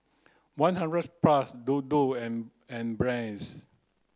one hundred plus Dodo and and Brand's